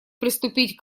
приступить